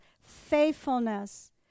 faithfulness